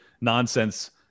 nonsense